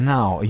Now